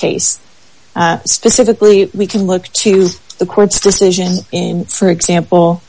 case specifically we can look to the court's decision in for example